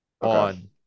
On